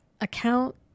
account